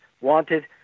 wanted